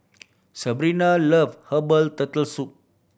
Sebrina love herbal Turtle Soup